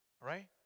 Right